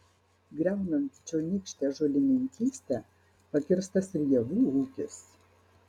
griaunant čionykštę žolininkystę pakirstas ir javų ūkis